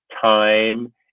time